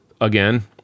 again